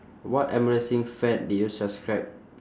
what embarrassing fad did you subscribe